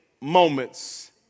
moments